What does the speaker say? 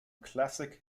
classic